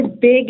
big